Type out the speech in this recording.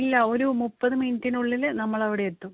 ഇല്ല ഒരു മുപ്പത് മിനിറ്റിനുള്ളില് നമ്മൾ അവിടെയെത്തും